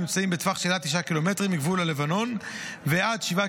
נמצאים בטווח של עד תשעה קילומטרים מגבול לבנון ועד שבעה